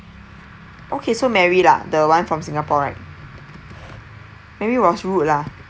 okay so mary lah the one from singapore right mary was rude lah